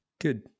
good